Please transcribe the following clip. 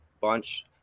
bunch